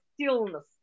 stillness